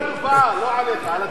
דיברו על התופעה, לא עליך.